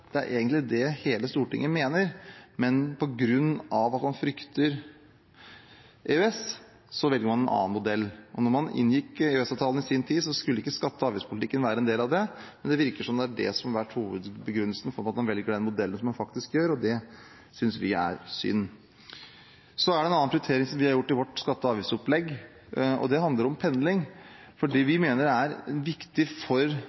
at det egentlig er det hele Stortinget mener, men på grunn av at man frykter EØS, velger man en annen modell. Da man inngikk EØS-avtalen i sin tid, skulle ikke skatte- og avgiftspolitikken være en del av det, men det virker som det er det som har vært hovedbegrunnelsen for at man velger den modellen som man faktisk gjør, og det synes vi er synd. Så er det en annen prioritering som vi har gjort i vårt skatte- og avgiftsopplegg, og det handler om pendling. Vi mener det er viktig for